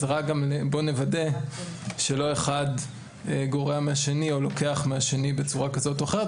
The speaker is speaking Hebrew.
אז בואו נוודא שאחד לא גורע מהשני או לוקח מהשני בצורה כזאת או אחרת,